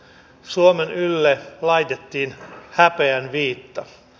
suomen ylle laitettiin häpeän viitta